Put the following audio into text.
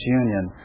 union